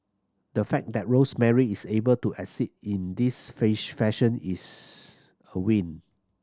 the fact that Rosemary is able to exit in this fish fashion is a win